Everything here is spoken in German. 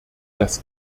das